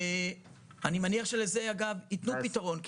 ואני מניח שלזה אגב יתנו פתרון,